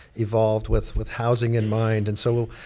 evolved with with housing in mind. and so,